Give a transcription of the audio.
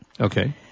okay